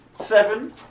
Seven